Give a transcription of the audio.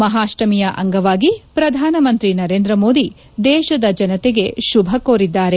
ಮಹಾಷ್ಟಮಿಯ ಅಂಗವಾಗಿ ಪ್ರಧಾನಮಂತ್ರಿ ನರೇಂದ್ರ ಮೋದಿ ದೇಶದ ಜನತೆಗೆ ಶುಭ ಕೋರಿದ್ದಾರೆ